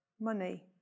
money